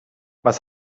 was